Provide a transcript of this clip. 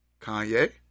Kanye